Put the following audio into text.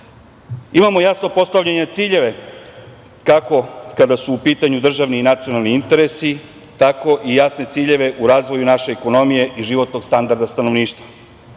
jasno postavljene ciljeve kako kada su u pitanju državni i nacionalni interesi, tako i jasne ciljeve u razvoju naše ekonomije i životnog standarda stanovništva.